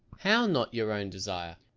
how! not your own desire!